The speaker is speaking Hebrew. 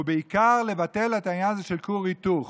ובעיקר, לבטל את העניין הזה של כור היתוך.